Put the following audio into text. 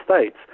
States